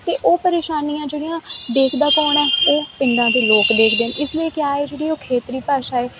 ਅਤੇ ਉਹ ਪਰੇਸ਼ਾਨੀਆਂ ਜਿਹੜੀਆਂ ਦੇਖਦਾ ਕੌਣ ਹੈ ਉਹ ਪਿੰਡਾਂ ਦੇ ਲੋਕ ਦੇਖਦੇ ਨੇ ਇਸ ਲਈ ਕਿਆ ਏ ਜਿਹੜੀ ਉਹ ਖੇਤਰੀ ਭਾਸ਼ਾ ਏ